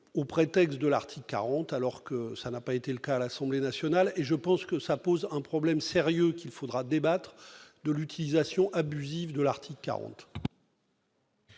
au prétexte de l'article 40 alors que ça n'a pas été le cas à l'Assemblée nationale et je pense que ça pose un problème sérieux qu'il faudra débattre de l'utilisation abusive de l'article 40.